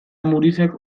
amurizak